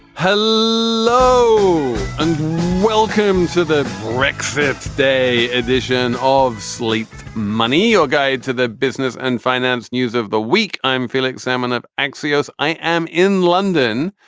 hello and welcome to the brexit day edition of sleep money, your guide to the business and finance news of the week i'm felix salmon of axios. i am in london.